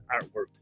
artwork